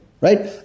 Right